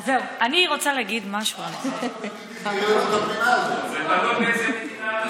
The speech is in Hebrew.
זה קַטי או קֵטי, זה תלוי מאיזו פינה אתה